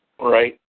Right